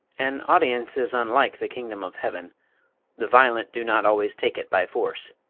an audience is unlike the kingdom of heaven the violent do not always take it by force.